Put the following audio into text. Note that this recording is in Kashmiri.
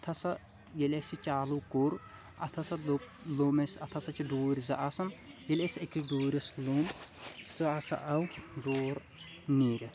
اتھ ہسا ییٚلہِ اسہِ یہِ چالو کوٚر اتھ ہسا لوٚب لوٚم اسہِ اتھ ہسا چھِ ڈوٗرۍ زٕ آسان ییٚلہِ اسہِ أکِس ڈوٗرِس لوٚم سُہ ہسا آو ڈور نیٖرتھ